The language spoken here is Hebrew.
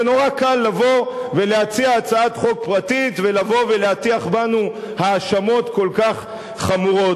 זה נורא קל לבוא ולהציע הצעת חוק פרטית ולהטיח בנו האשמות כל כך חמורות.